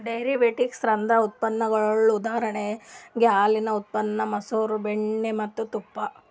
derivatives ಅಂದ್ರ ಉತ್ಪನ್ನಗೊಳ್ ಉದಾಹರಣೆಗ್ ಹಾಲಿನ್ ಉತ್ಪನ್ನ ಮಸರ್, ಬೆಣ್ಣಿ ಮತ್ತ್ ತುಪ್ಪ